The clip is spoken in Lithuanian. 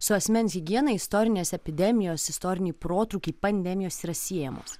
su asmens higiena istorinės epidemijos istoriniai protrūkiai pandemijos yra siejamos